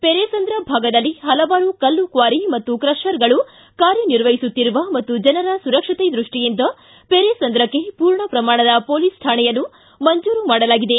ಪೆರೇಸಂದ್ರ ಭಾಗದಲ್ಲಿ ಪಲವಾರು ಕಲ್ಲು ಕ್ವಾರಿ ಮತ್ತು ಕ್ರಷರ್ಗಳು ಕಾರ್ಯ ನಿರ್ವಹಿಸುತ್ತಿರುವ ಮತ್ತು ಜನರ ಸುರಕ್ಷತೆ ದೃಷ್ಟಿಯಿಂದ ಪೆರೇಸಂದ್ರಕ್ಕೆ ಮೂರ್ಣ ಪ್ರಮಾಣದ ಪೊಲೀಸ್ ಠಾಣೆಯನ್ನು ಮಂಜೂರು ಮಾಡಲಾಗಿದೆ